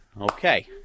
Okay